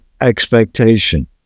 expectation